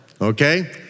okay